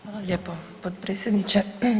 Hvala lijepo potpredsjedniče.